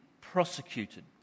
prosecuted